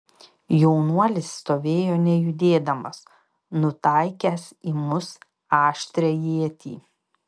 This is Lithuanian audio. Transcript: jaunuolis stovėjo nejudėdamas nutaikęs į mus aštrią ietį